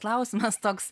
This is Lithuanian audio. klausimas toks